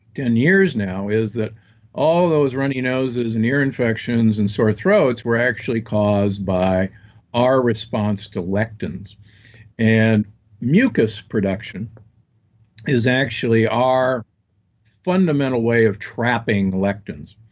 ten years now is that all those runny noses, and your infections, and sore throats were actually caused by our response to lectins and mucus production is actually our fundamental way of trapping lectins.